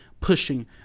pushing